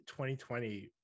2020